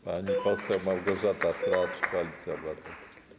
Pani poseł Małgorzata Tracz, Koalicja Obywatelska.